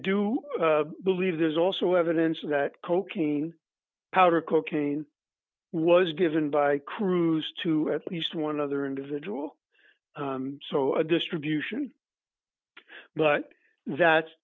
do believe there's also evidence that cocaine powder cocaine was given by cruz to at least one other individual so a distribution but that